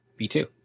B2